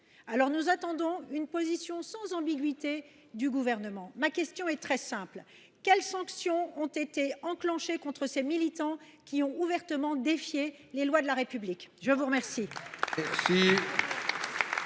Alors nous attendons une position sans ambiguïté du gouvernement. Ma question est très simple. Quelles sanctions ont été enclenchées contre ces militants qui ont ouvertement défié les lois de la République ? Je vous remercie.